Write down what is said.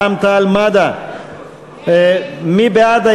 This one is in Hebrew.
סעיפים 1 15. מי בעד,